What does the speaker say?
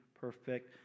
perfect